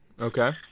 Okay